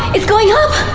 it's going up!